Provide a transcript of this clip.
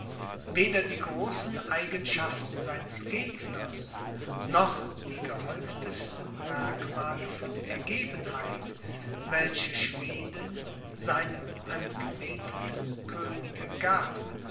weder die großen eigenschaften seines gegners noch die gehäuftesten merkmale von ergebenheit welche schweden seinem angebeteten könige gab